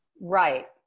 Right